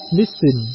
listen